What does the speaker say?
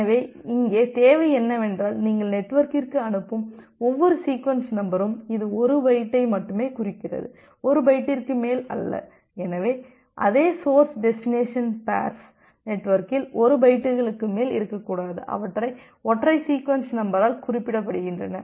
எனவே இங்கே தேவை என்னவென்றால் நீங்கள் நெட்வொர்க்கிற்கு அனுப்பும் ஒவ்வொரு சீக்வென்ஸ் நம்பரும் இது 1 பைட்டை மட்டுமே குறிக்கிறது ஒரு பைட்டிற்கு மேல் அல்ல எனவே அதே சோர்ஸ் டெஸ்டினேஷன் பேர்ஸ் நெட்வொர்க்கில் 1 பைட்டுகளுக்கு மேல் இருக்கக்கூடாது அவற்றை ஒற்றை சீக்வென்ஸ் நம்பரால் குறிப்பிடப்படுகின்றன